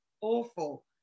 awful